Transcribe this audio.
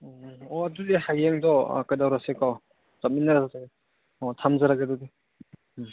ꯎꯝ ꯑꯣ ꯑꯗꯨꯗꯤ ꯍꯌꯦꯡꯗꯣ ꯀꯩꯗꯧꯔꯁꯤꯀꯣ ꯆꯠꯃꯤꯟꯅꯔꯁꯦ ꯍꯣꯏ ꯊꯝꯖꯔꯒꯦ ꯑꯗꯨꯗꯤ ꯎꯝ